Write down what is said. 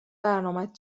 برنامهت